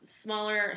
smaller